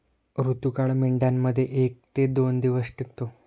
ऋतुकाळ मेंढ्यांमध्ये एक ते दोन दिवस टिकतो